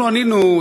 אנחנו ענינו,